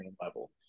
level